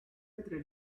entre